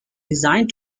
designed